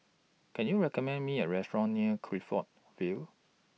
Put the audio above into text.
Can YOU recommend Me A Restaurant near Clifton Vale